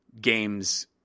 games